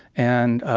and